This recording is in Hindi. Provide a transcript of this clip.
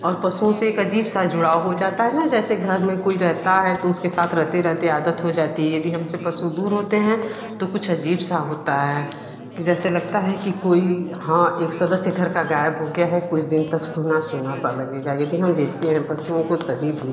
और पशुओं से एक अजीब सा जुड़ाव हो जाता है न जैसे घर में कोई रहता है तो उसके साथ रहते रहते आदत हो जाती है यदि हमसे पशु दूर होते हैं तो कुछ अजीब सा होता है कि जैसे लगता है कि कोई हाँ एक सदस्य घर का गायब हो गया है कुछ दिन तक सूना सूना सा लगेगा यदि हम बेचते हैं पशुओं को तभी भी